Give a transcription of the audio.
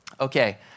okay